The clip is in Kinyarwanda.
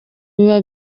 biba